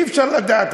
אי-אפשר לדעת.